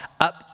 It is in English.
up